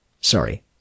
sorry